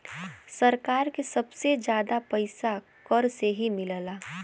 सरकार के सबसे जादा पइसा कर से ही मिलला